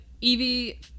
Evie